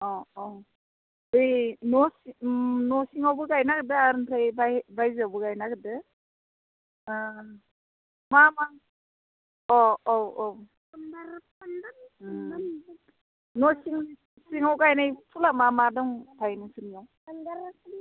अ अ बै न'सिङावबो गायनो नागिरदो आर ओमफ्राय बायजोआवबो गायनो नागिरदो मा मा अ औ औ न'सिं सिङाव गायनाय फुला मा मा दंथाय नोंसिनियाव